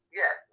yes